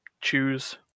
choose